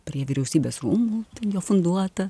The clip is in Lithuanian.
prie vyriausybės rūmų ten jo funduota